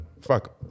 Fuck